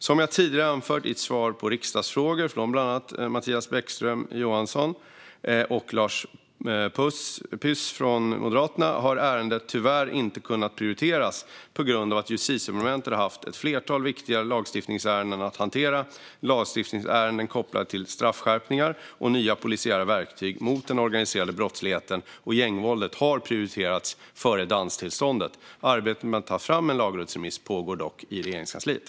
Som jag tidigare har anfört i svar på riksdagsfrågor från bland andra Mattias Bäckström Johansson och Lars Püss har ärendet tyvärr inte kunnat prioriteras på grund av att Justitiedepartementet har haft ett flertal viktiga lagstiftningsärenden att hantera. Lagstiftningsärenden kopplade till straffskärpningar och nya polisiära verktyg mot den organiserade brottsligheten och gängvåldet har prioriterats före danstillståndet. Arbetet med att ta fram en lagrådsremiss pågår dock i Regeringskansliet.